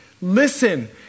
listen